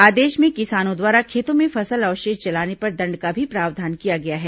आदेश में किसानों द्वारा खेतों में फसल अवशेष जलाने पर दंड का भी प्रावधान किया गया है